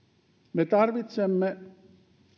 me tarvitsemme